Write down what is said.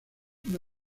una